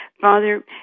Father